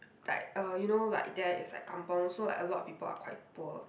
like uh you know like there is like kampung so like a lot of people are quite poor